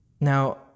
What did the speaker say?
now